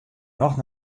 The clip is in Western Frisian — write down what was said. noch